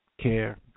care